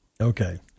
Okay